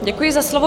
Děkuji za slovo.